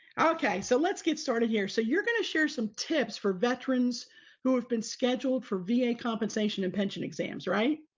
okay. so let's get started here. so you're going to share some tips for veterans who have been scheduled for va compensation and pension exams, right?